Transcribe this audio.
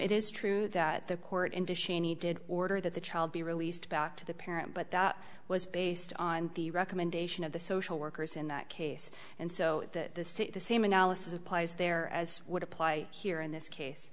it is true that the court in any did order that the child be released back to the parent but that was based on the recommendation of the social workers in that case and so that the state the same analysis applies there as would apply here in this case